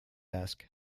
ask